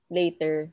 later